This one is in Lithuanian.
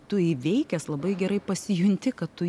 tu įveikęs labai gerai pasijunti kad tu